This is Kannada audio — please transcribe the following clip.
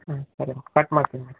ಹಾಂ ಸರಿ ಕಟ್ ಮಾಡ್ತೀನಿ ಮೇಡಮ್